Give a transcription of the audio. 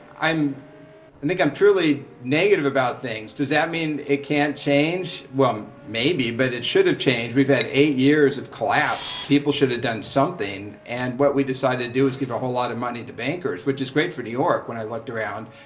and think i'm truly negative about things. does that mean it can't change? well, maybe. but it should have changed. we've had eight years of collapse. people should have done something. and what we decided to do is give a whole lot of money to bankers, which is great for new york when i looked around.